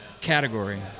category